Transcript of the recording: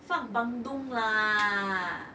放 bandung 啦:[lah]